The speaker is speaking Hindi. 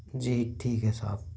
जी ठीक है साब